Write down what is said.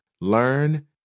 learn